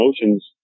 emotions